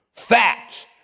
fact